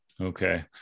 Okay